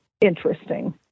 interesting